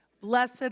Blessed